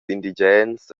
indigens